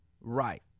right